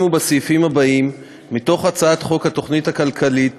ובסעיפים שלהלן מתוך הצעת חוק התוכנית הכלכלית